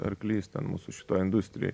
arklys ten mūsų šitoj industrijoj